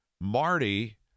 Marty